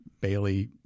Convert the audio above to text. Bailey